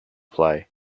play